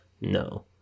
no